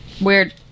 Weird